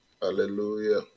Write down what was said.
Hallelujah